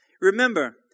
Remember